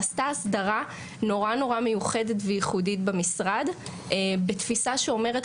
נעשתה הסדרה מיוחדת וייחודית במשרד בתפיסה שאומרת,